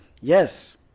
Yes